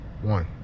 one